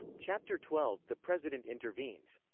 chapter twelve the president intervenes.